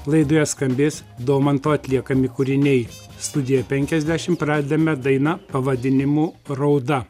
laidoje skambės domanto atliekami kūriniai studija penkiasdešimt pradedame daina pavadinimu rauda